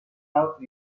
out